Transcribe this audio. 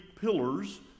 pillars